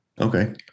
Okay